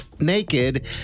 Naked